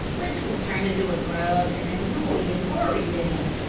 which will turn into a grub and annoy and worry them.